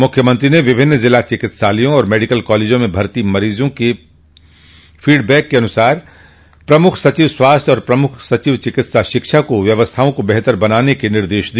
मुख्यमंत्री ने विभिन्न जिला चिकित्सालयों तथा मेडिकल कॉलेजों मे भर्ती मरीजों से प्राप्त फीडबैक के अनुसार प्रमुख सचिव स्वास्थ्य एवं प्रमुख सचिव चिकित्सा शिक्षा को व्यवस्थाओं को बेहतर बनाने के लिए कहा